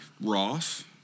Ross